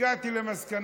אתם פוחדים מהאמת.